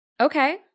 Okay